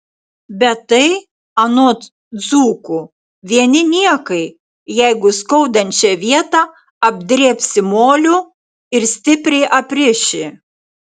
bet tai anot dzūkų vieni niekai jeigu skaudančią vietą apdrėbsi moliu ir stipriai apriši